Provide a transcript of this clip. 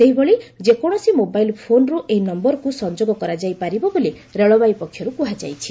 ସେହିଭଳି ଯେକୌଣସି ମୋବାଇଲ୍ ଫୋନ୍ରୁ ଏହି ନମ୍ବରକୁ ସଂଯୋଗ କରାଯାଇ ପାରିବ ବୋଲି ରେଳବାଇ ପକ୍ଷରୁ କୁହାଯାଇଛି